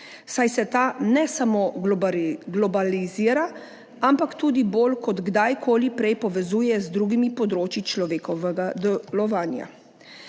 saj se ta ne samo globalizira, ampak tudi bolj kot kdajkoli prej povezuje z drugimi področji človekovega delovanja.